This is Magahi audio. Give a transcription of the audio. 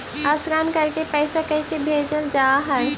स्कैन करके पैसा कैसे भेजल जा हइ?